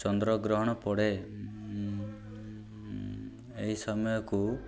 ଚନ୍ଦ୍ରଗ୍ରହଣ ପଡ଼େ ଏହି ସମୟକୁ